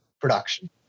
production